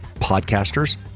podcasters